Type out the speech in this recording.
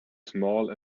small